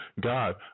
god